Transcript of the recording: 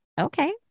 okay